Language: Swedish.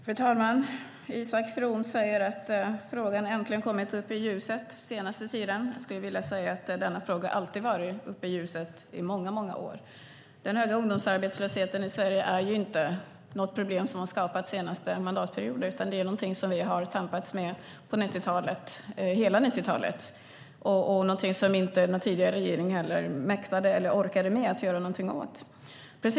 Fru talman! Isak From säger att frågan äntligen har kommit upp i ljuset den senaste tiden. Jag skulle vilja säga att den här frågan alltid har varit uppe i ljuset. Den höga ungdomsarbetslösheten i Sverige är ju inte ett problem som har skapats under den senaste mandatperioden, utan något som vi har tampats med under hela 90-talet. Det är något som ingen tidigare regering mäktat med att göra något åt.